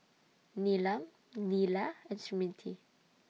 Neelam Neila and Smriti